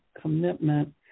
commitment